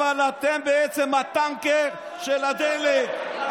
אבל אתם הטנקר של הדלק,